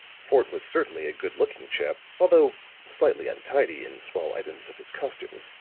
fort was certainly a good-looking chap, although slightly untidy in small items of his costume.